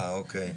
אוקיי.